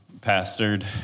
pastored